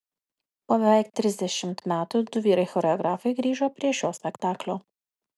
po beveik trisdešimt metų du vyrai choreografai grįžo prie šio spektaklio